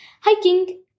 hiking